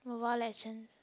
Mobile Legends